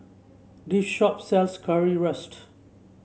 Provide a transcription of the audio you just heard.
this shop sells Currywurst